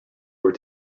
were